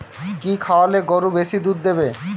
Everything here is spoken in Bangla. কি খাওয়ালে গরু বেশি দুধ দেবে?